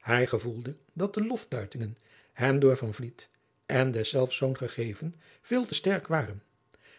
hij gevoelde dat de loftuitingen hem door van vliet en deszelfs zoon gegeven veel te sterk waren